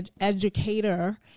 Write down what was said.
educator